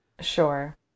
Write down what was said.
Sure